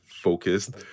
focused